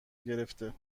گرفته